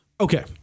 Okay